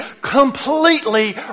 completely